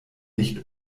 nicht